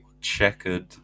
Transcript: checkered